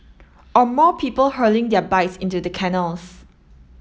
or more people hurling their bikes into the canals